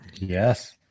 Yes